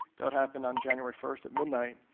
that would happen on january first at midnight.